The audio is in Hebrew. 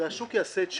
הרי השוק יעשה את שלו.